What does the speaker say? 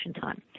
time